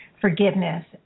forgiveness